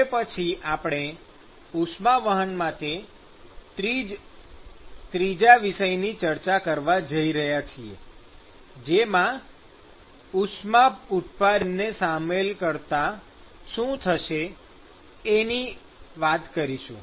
હવે પછી આપણે ઉષ્માવહન માટે ત્રીજા વિષયની ચર્ચા કરવા જઈ રહ્યા છીએ કે જેમાં ઉષ્મા ઉત્પાદનને શામેલ કરતા શું થશે એની વાત કરીશું